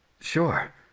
Sure